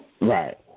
Right